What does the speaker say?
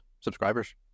subscribers